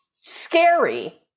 scary